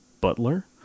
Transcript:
butler